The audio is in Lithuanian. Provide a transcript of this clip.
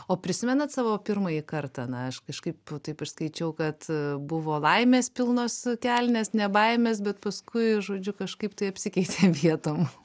o prisimenat savo pirmąjį kartą na aš kažkaip taip išskaičiau kad buvo laimės pilnos kelnės ne baimės bet paskui žodžiu kažkaip tai apsikeitė vietom